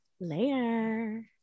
Later